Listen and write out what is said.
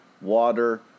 water